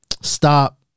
stop